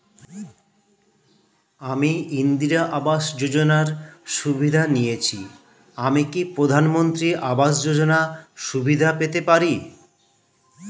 আমি ইন্দিরা আবাস যোজনার সুবিধা নেয়েছি আমি কি প্রধানমন্ত্রী আবাস যোজনা সুবিধা পেতে পারি?